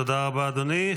תודה רבה, אדוני.